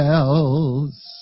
else